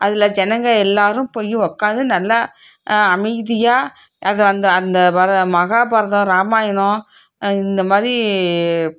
அதில் ஜனங்கள் எல்லோரும் போய் உக்காந்து நல்லா அமைதியாக அதை அந்த அந்த மஹாபாரதம் ராமாயணம் இந்த மாதிரி